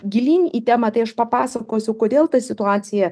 gilyn į temą tai aš papasakosiu kodėl ta situacija